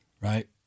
right